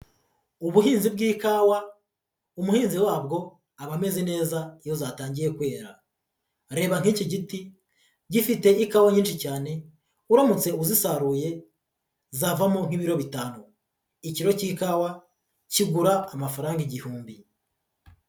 Ubuhinzi bw'ikawa, umuhinzi wabwo aba ameze neza iyo zatangiye kwera. Reba nk'iki giti gifite ikawa nyinshi cyane, uramutse uzisaruye, zavamo nk'ibiro bitanu. Ikiro cy'ikawa, kigura amafaranga igihumbi.